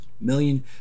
million